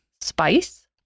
spice